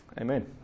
Amen